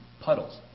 puddles